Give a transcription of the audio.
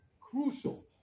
crucial